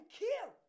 kill